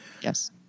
Yes